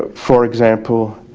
ah for example,